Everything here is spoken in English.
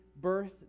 birth